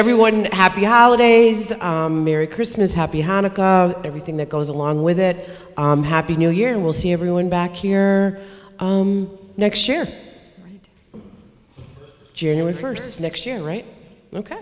everyone happy holidays a merry christmas happy hanukkah everything that goes along with it i'm happy new year and we'll see everyone back here next year january first next year right ok